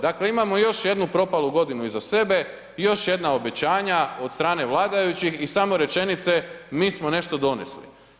Dakle, imamo još jednu propalu godinu iza sebe, još jedna obećanja od strane vladajućih i samo rečenice mi smo nešto donesli.